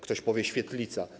Ktoś powie: świetlica.